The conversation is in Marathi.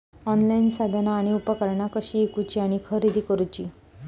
ऑनलाईन साधना आणि उपकरणा कशी ईकूची आणि खरेदी करुची?